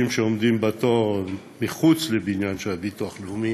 שעומדים בתור מחוץ לבניין של הביטוח הלאומי